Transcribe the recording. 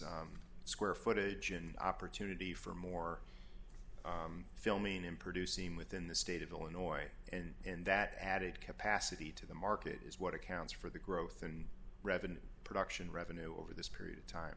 as square footage and opportunity for more filming in producing within the state of illinois and that added capacity to the market is what accounts for the growth in revenue production revenue over this period of time